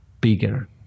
bigger